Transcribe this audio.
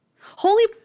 Holy